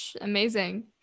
Amazing